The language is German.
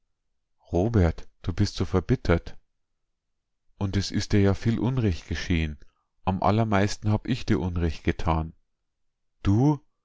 robert du bist so verbittert und es ist dir ja viel unrecht geschehen am allermeisten hab ich dir unrecht getan du